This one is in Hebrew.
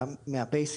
מהבסיס,